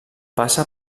passa